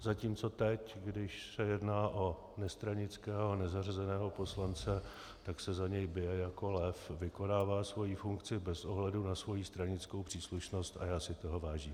Zatímco teď, když se jedná o nestranického a nezařazeného poslance, tak se za něj bije jako lev, vykonává svoji funkci bez ohledu na svoji stranickou příslušnost a já si toho vážím.